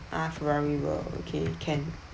ah Ferrari world okay can